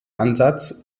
ansatz